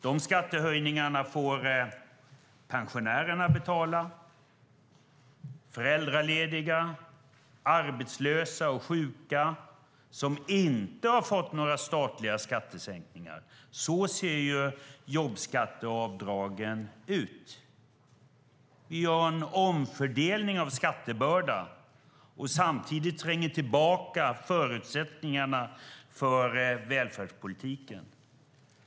Dessa skattehöjningar får pensionärerna, föräldralediga, arbetslösa och sjuka, som inte har fått några statliga skattesänkningar, betala. Så ser jobbskatteavdragen ut. Vi har en omfördelning av skattebördan, och samtidigt trängs förutsättningarna för välfärdspolitiken tillbaka.